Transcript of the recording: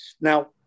Now